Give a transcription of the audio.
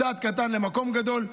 צעד קטן למקום גדול.